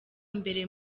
mbere